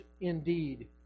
indeed